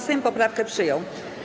Sejm poprawkę przyjął.